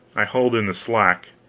i hauled in the slack,